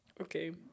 Okay